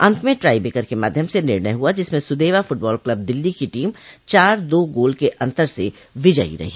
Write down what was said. अन्त में tiebreaker के माध्यम से निर्णय हुआ जिसमें सुदेवा फुटबाल क्लब दिल्ली की टीम चार दो गोल के अन्तर से विजयी रही